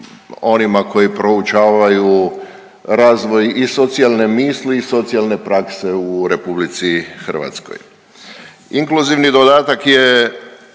onima koji proučavaju razvoj i socijalne misli i socijalne prakse u RH. Inkluzivni dodatak je